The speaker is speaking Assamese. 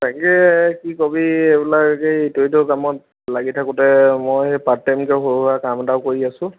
তাকে কি কবি এইবিলাক এই ইটো সিটো কামত লাগি থাকোঁতে মই সেই পাৰ্ট টাইমকৈ সৰু সুৰা কাম এটাও কৰি আছো